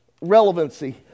relevancy